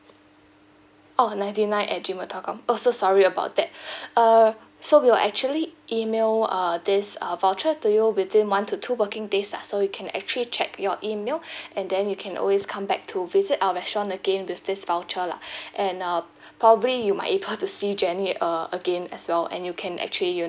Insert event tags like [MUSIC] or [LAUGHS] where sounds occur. oh ninety nine at gmail dot com oh so sorry about that [BREATH] uh so we'll actually email uh this uh voucher to you within one to two working days lah so you can actually check your email [BREATH] and then you can always come back to visit our restaurant again with this voucher lah [BREATH] and uh probably you might able to see [LAUGHS] jenny uh again as well and you can actually you